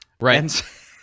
Right